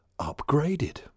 upgraded